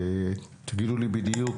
תגידו לי בדיוק.